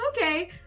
Okay